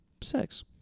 sex